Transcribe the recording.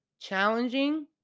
challenging